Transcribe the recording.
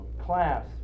class